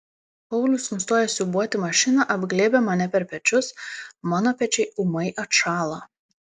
paulius nustojęs siūbuoti mašiną apglėbia mane per pečius mano pečiai ūmai atšąla